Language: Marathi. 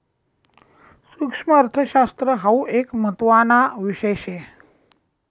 सुक्ष्मअर्थशास्त्र हाउ एक महत्त्वाना विषय शे